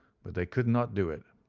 but they could not do it.